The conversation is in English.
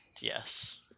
yes